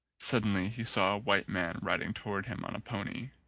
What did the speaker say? suddenly he saw a white man riding towards him on a pony.